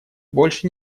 больше